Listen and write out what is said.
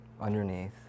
underneath